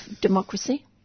democracy